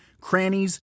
crannies